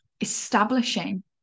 establishing